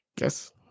Yes